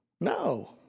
No